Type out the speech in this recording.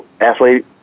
athlete